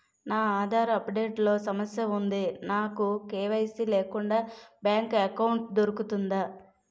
నా Aadhaar update లో సమస్య వుంది నాకు కే.వై.సీ లేకుండా బ్యాంక్ ఎకౌంట్దొ రుకుతుందా?